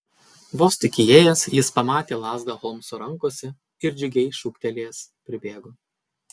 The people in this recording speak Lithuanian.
vos tik įėjęs jis pamatė lazdą holmso rankose ir džiugiai šūktelėjęs pribėgo